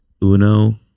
uno